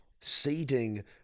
seeding